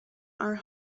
are